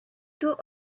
tôt